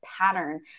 pattern